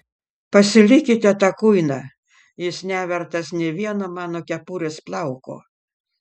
pasilikite tą kuiną jis nevertas nė vieno mano kepurės plauko